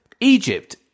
Egypt